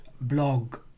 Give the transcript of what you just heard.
blog